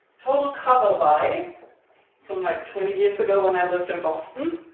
total cover buy from like twenty years ago, when i lived in boston.